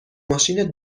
ماشین